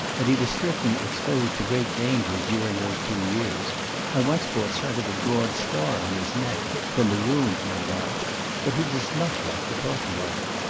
and he was certainly exposed to great dangers during those two years i once caught sight of a broad scar on his neck, from a wound, no doubt but he does not like to talk about it.